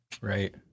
Right